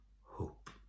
hope